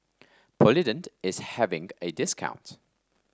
Polident is having a discount